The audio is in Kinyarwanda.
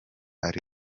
ari